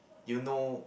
you know